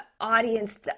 audience